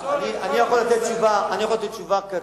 אני יכול לתת תשובה קצרה,